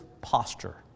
posture